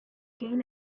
gain